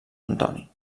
antoni